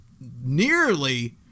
nearly